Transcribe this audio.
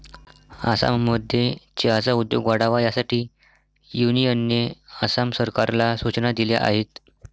आसाममध्ये चहाचा उद्योग वाढावा यासाठी युनियनने आसाम सरकारला सूचना दिल्या आहेत